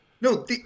No